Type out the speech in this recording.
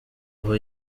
aho